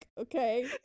okay